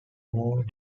more